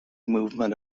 movement